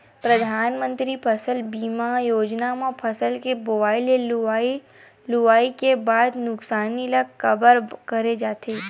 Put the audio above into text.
परधानमंतरी फसल बीमा योजना म फसल के बोवई ले लुवई अउ लुवई के बाद के नुकसानी ल कभर करे जाथे